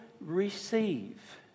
receive